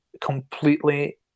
completely